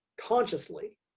consciously